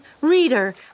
reader